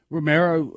Romero